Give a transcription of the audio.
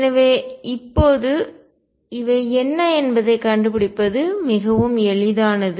எனவே இப்போது இவை என்ன என்பதைக் கண்டுபிடிப்பது மிகவும் எளிதானது